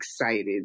excited